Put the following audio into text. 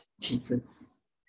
Jesus